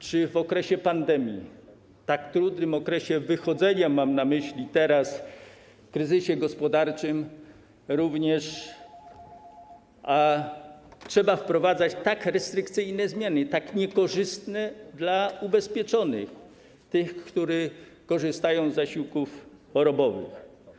Czy w okresie pandemii, tak trudnym okresie wychodzenia z niej - mam na myśli teraz kryzys gospodarczy - trzeba również wprowadzać tak restrykcyjne zmiany, tak niekorzystne dla ubezpieczonych, tych, którzy korzystają z zasiłków chorobowych?